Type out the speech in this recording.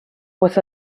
was